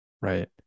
right